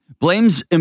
Blame's